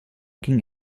ging